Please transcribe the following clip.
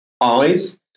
eyes